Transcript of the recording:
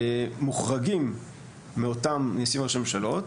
מוחרגים מאותם נשיאים וראשי ממשלות